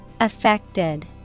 Affected